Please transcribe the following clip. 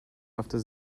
after